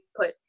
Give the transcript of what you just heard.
put